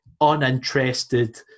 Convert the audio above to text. uninterested